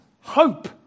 hope